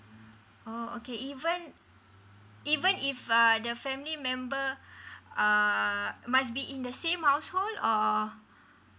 oh okay even even if err the family member uh must be in the same household or